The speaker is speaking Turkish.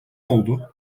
oldu